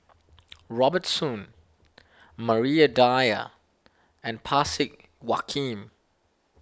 Robert Soon Maria Dyer and Parsick